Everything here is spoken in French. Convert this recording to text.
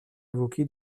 évoqué